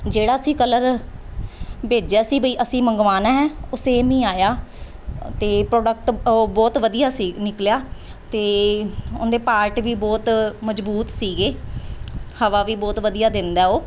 ਜਿਹੜਾ ਅਸੀਂ ਕਲਰ ਭੇਜਿਆ ਸੀ ਬਈ ਅਸੀਂ ਮੰਗਵਾਉਣਾ ਹੈ ਉਹ ਸੇਮ ਹੀ ਆਇਆ ਅਤੇ ਪ੍ਰੋਡਕਟ ਅ ਬਹੁਤ ਵਧੀਆ ਸੀ ਨਿਕਲਿਆ ਅਤੇ ਉਹਦੇ ਪਾਰਟ ਵੀ ਬਹੁਤ ਮਜ਼ਬੂਤ ਸੀਗੇ ਹਵਾ ਵੀ ਬਹੁਤ ਵਧੀਆ ਦਿੰਦਾ ਉਹ